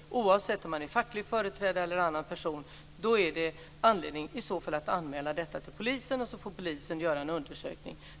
- oavsett om man är facklig företrädare eller annan person - finns det anledning att anmäla detta till polisen. Sedan får polisen göra en undersökning.